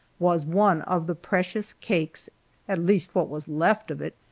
was one of the precious cakes at least what was left of it,